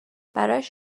براش